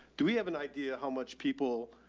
do we have an idea how much people